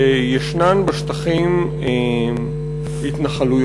שישנן בשטחים התנחלויות,